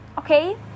Okay